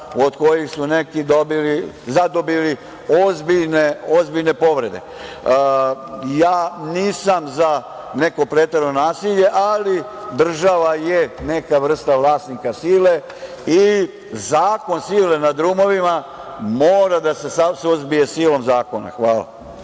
od kojih su neki zadobili ozbiljne povrede. Nisam za neko preterano nasilje, ali država je neka vrsta vlasnika sile i zakon sile na drumovima mora da se suzbije silom zakona. Hvala.